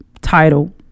title